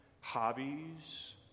hobbies